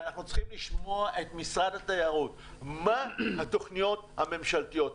ואנחנו צריכים לשמוע את משרד התיירות מה התוכניות הממשלתיות.